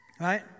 right